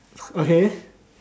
okay